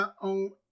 on